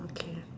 okay